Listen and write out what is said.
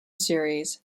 series